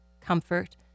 comfort